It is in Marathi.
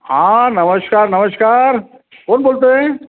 हा नमस्कार नमस्कार कोण बोलतंय